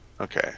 Okay